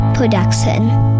production